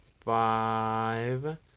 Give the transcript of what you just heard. five